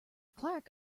clark